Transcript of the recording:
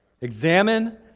examine